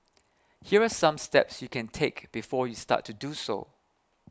here are some steps you can take before you start to do so